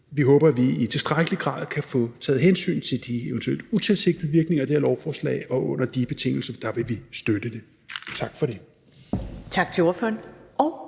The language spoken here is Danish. vi håber, at vi i tilstrækkelig grad kan få taget højde for de eventuelle utilsigtede virkninger af det her lovforslag. Under de betingelser vil vi støtte det. Tak for det. Kl. 10:33 Første